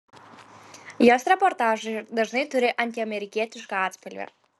jos reportažai dažnai turi antiamerikietišką atspalvį